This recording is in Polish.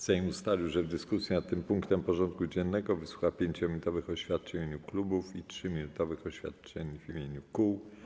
Sejm ustalił, że w dyskusji nad tym punktem porządku dziennego wysłucha 5-minutowych oświadczeń w imieniu klubów i 3-minutowych oświadczeń w imieniu kół.